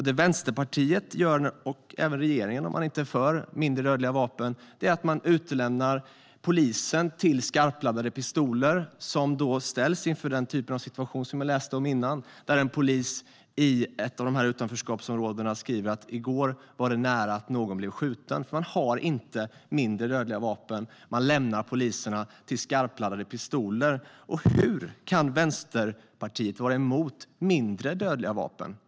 Det Vänsterpartiet och även regeringen gör, om man inte är för mindre dödliga vapen, är att utlämna polisen till skarpladdade pistoler. De kan då ställas inför den situation som vi har läst om där en polis i ett utanförskapsområde skrev: I går var det nära att någon blev skjuten. När man inte har mindre dödliga vapen är polisen hänvisad till skarpladdade pistoler. Hur kan Vänsterpartiet vara emot mindre dödliga vapen?